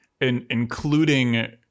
including